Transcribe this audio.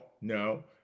No